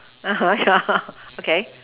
ya okay